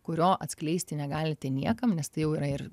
kurio atskleisti negalite niekam nes tai jau yra ir